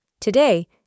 Today